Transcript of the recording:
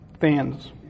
fans